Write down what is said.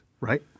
Right